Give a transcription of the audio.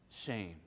shame